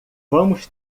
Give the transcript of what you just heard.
vamos